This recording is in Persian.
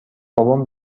بابام